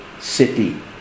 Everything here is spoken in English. city